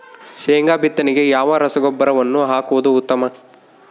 ಶೇಂಗಾ ಬಿತ್ತನೆಗೆ ಯಾವ ರಸಗೊಬ್ಬರವನ್ನು ಹಾಕುವುದು ಉತ್ತಮ?